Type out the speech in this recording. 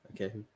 Okay